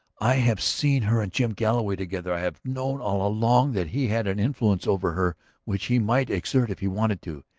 i have seen her and jim galloway together, i have known all along that he had an influence over her which he might exert if he wanted to.